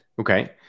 Okay